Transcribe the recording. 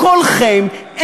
קולכם,